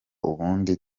ubundi